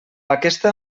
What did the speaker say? aquesta